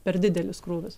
per didelis krūvis